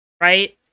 right